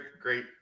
great